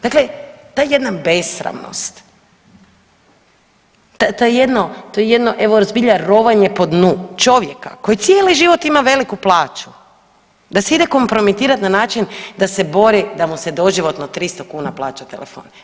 Dakle, ta jedna besramnost, to jedno evo zbilja rovanje po dnu čovjeka koji cijelo život ima veliku plaću, da se ide kompromitirati na način da se bori da mu se doživotno 300 kuna plaća telefon.